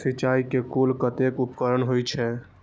सिंचाई के कुल कतेक उपकरण होई छै?